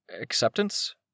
acceptance